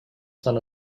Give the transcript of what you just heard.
son